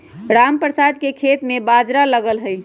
रामप्रसाद के खेत में बाजरा लगल हई